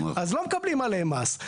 אז לא מקבלים עליהם מס.